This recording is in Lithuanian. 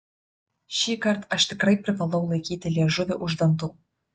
šįkart aš tikrai privalau laikyti liežuvį už dantų